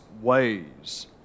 ways